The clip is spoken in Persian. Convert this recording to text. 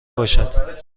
باشد